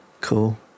cool